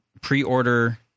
pre-order